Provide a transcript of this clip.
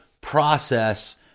process